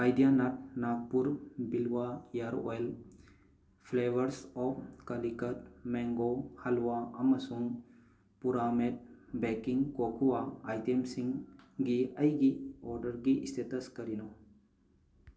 ꯕꯥꯏꯗ꯭ꯌꯅꯥꯠ ꯅꯥꯒꯄꯨꯔ ꯕꯤꯜꯋꯥ hair oil flavours of Calicut mango halwa ꯑꯃꯁꯨꯡ ꯄꯨꯔꯥꯃꯦꯠ ꯕꯦꯛꯀꯤꯡ ꯀꯣꯀꯣꯋꯥ ꯑꯥꯏꯇꯦꯝꯁꯤꯡꯒꯤ ꯑꯩꯒꯤ ꯑꯣꯔꯗꯔꯒꯤ ꯏꯁꯇꯦꯇꯁ ꯀꯔꯤꯅꯣ